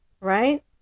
right